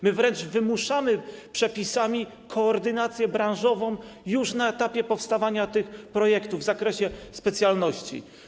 My wręcz wymuszamy przepisami koordynację branżową już na etapie powstawania tych projektów, w zakresie specjalności.